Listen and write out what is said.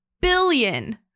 billion